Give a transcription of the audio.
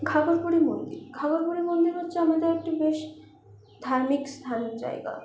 ঘাঘর বুড়ির মন্দির ঘাঘর বুড়ির মন্দির হচ্ছে আমাদের একটি বেশ ধার্মিক স্থান জায়গা